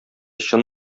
чын